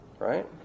Right